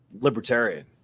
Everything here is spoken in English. libertarian